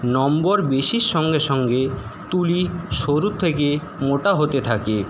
নম্বর বেশির সঙ্গে সঙ্গে তুলি সরুর থেকে মোটা হতে থাকে